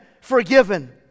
forgiven